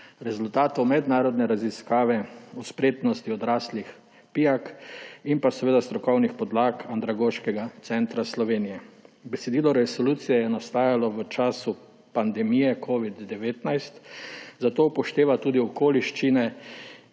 rezultatov mednarodne raziskave v spretnosti odraslih PIAAC in strokovnih podlag Andragoškega centra Slovenije. Besedilo resolucije je nastajalo v času pandemije covida-19, zato upošteva tudi okoliščine,